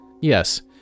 Yes